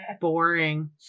boring